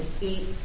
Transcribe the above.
eat